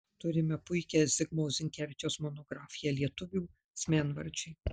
turime puikią zigmo zinkevičiaus monografiją lietuvių asmenvardžiai